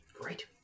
Great